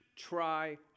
try